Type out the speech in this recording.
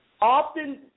Often